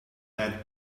had